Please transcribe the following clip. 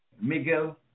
Miguel